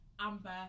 Amber